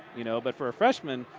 you know but for a freshman,